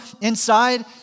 inside